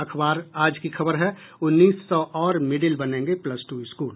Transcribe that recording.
अखबार आज की खबर है उन्नीस सौ और मिडिल बनेंगे प्लस टू स्कूल